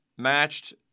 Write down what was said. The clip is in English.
matched